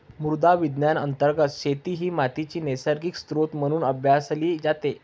मृदा विज्ञान अंतर्गत शेती ही मातीचा नैसर्गिक स्त्रोत म्हणून अभ्यासली जाते